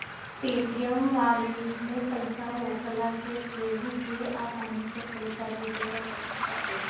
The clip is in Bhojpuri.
पेटीएम वालेट में पईसा होखला से केहू के आसानी से पईसा भेजल जा सकत बाटे